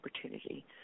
opportunity